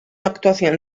actuación